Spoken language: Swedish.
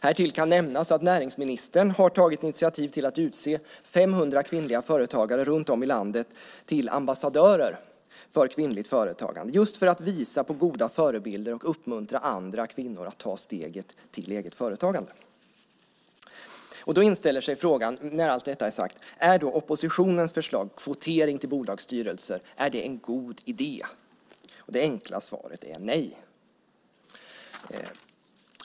Härtill kan nämnas att näringsministern tagit initiativ till att utse 500 kvinnliga företagare runt om i landet till ambassadörer för kvinnligt företagande just för att visa på goda förebilder och uppmuntra andra kvinnor att ta steget till eget företagande. När allt detta är sagt inställer sig frågan: Är oppositionens förslag, kvotering till bolagsstyrelser, en god idé? Det enkla svaret är nej.